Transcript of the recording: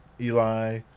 Eli